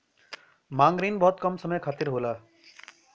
मांग रिन बहुत कम समय खातिर होला